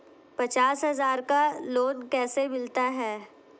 पचास हज़ार का लोन कैसे मिलता है?